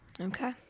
Okay